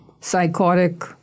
psychotic